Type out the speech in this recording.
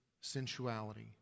sensuality